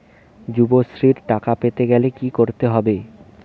যুবশ্রীর টাকা পেতে গেলে কি করতে হবে?